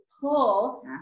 pull